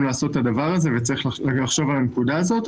לעשות את הדבר הזה וצריך לחשוב על הנקודה הזאת.